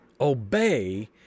obey